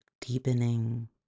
deepening